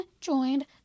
joined